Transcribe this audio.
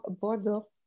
Bordeaux